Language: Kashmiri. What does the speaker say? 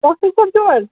ڈاکٹَر صٲب چھُو حظ